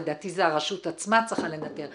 לדעתי, זו הרשות עצמה צריכה לנתר.